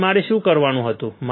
હવે મારે શું કરવાનું હતું